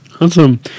Awesome